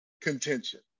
contention